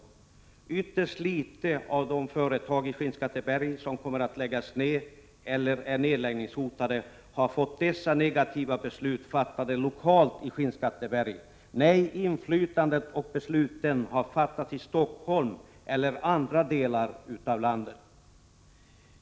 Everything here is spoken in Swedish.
För ytterst få av de företag i Skinnskatteberg som kommer att läggas ned eller som är nedläggningshotade har dessa negativa beslut fattats lokalt i Skinnskatteberg. Nej, inflytandet har funnits och besluten fattats i Stockholm eller i andra delar av landet.